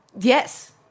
Yes